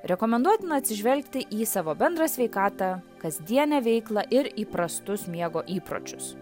rekomenduotina atsižvelgti į savo bendrą sveikatą kasdienę veiklą ir įprastus miego įpročius